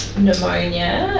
pneumonia, yeah